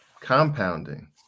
compounding